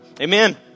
Amen